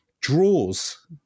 draws